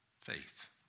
faith